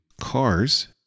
cars